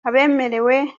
abemerewe